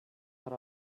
per